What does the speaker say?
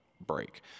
break